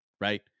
right